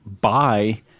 buy